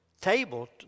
table